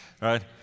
Right